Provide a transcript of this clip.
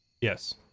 Yes